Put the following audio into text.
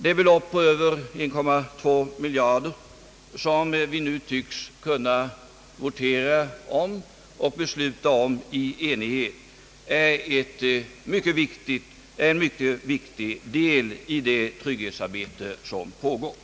Det belopp på över 2,5 miljarder kronor som vi nu tycks kunna besluta om i enighet är ett mycket viktigt bidrag till det trygghetsarbete som pågår. nala beredskapsarbeten eller på andra godtagbara sätt uppförde lokaler för hantverks-, industrioch serviceföretag.